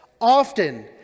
Often